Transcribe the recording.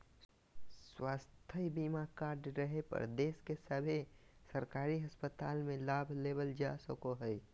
स्वास्थ्य बीमा कार्ड रहे पर देश के सभे सरकारी अस्पताल मे लाभ लेबल जा सको हय